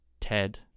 Ted